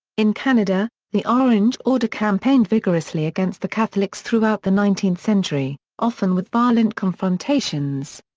in canada, the orange order campaigned vigorously against the catholics throughout the nineteenth century, often with violent confrontations.